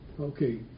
Okay